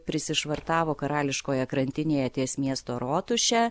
prisišvartavo karališkoje krantinėje ties miesto rotuše